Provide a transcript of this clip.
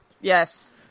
yes